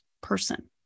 person